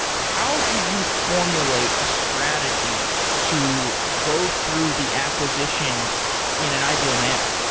how did you formulate a strategy to go through the acquisition in an ideal manner?